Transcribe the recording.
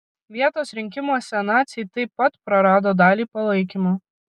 vietos rinkimuose naciai taip pat prarado dalį palaikymo